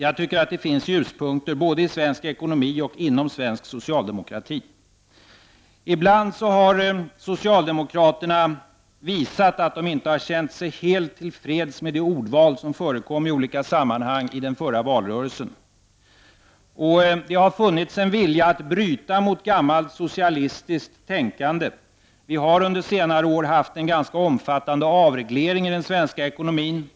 Jag tycker att det finns ljuspunkter, både i svensk ekonomi och inom svensk socialdemokrati. Ibland har socialdemokraterna visat att de inte har känt sig helt tillfreds med de ordval som förekom i olika sammanhang i den förra valrörelsen. Och det har funnits en vilja att bryta mot gammalt socialistiskt tänkande. Det har under senare år skett en ganska omfattande avreglering i den svenska ekonomin.